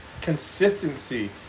consistency